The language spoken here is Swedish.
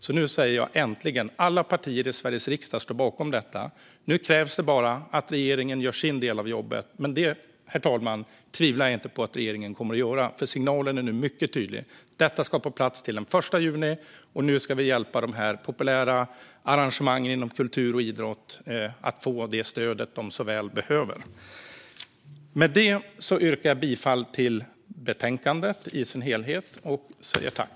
Äntligen står alla partier i Sveriges riksdag bakom detta, och nu krävs det bara att regeringen gör sin del av jobbet! Men det, herr talman, tvivlar jag inte på att regeringen kommer att göra, för signalen är nu mycket tydlig. Detta ska på plats till den 1 juni, och nu ska vi hjälpa de populära arrangemangen inom kultur och idrott att få det stöd de så väl behöver. Med detta yrkar jag bifall till utskottets förslag i betänkandet i dess helhet och säger tack.